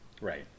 Right